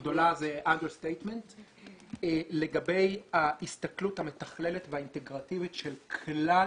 גדולה לגבי ההסתכלות המתכללת והאינטגרטיבית של כלל